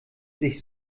sich